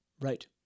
right